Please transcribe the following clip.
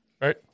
Right